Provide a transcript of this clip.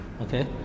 Okay